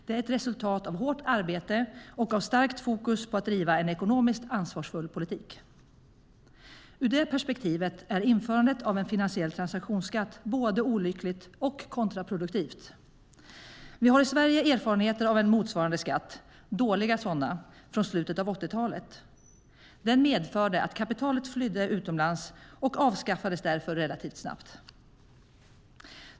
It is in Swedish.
Det är ett resultat av hårt arbete och av starkt fokus på att driva en ekonomiskt ansvarsfull politik. Ur det perspektivet är införandet av en finansiell transaktionskatt både olyckligt och kontraproduktivt. Vi har i Sverige erfarenheter av en motsvarande skatt, dåliga sådana, från slutet av 80-talet. Den medförde att kapitalet flydde utomlands och avskaffades därför relativt snabbt.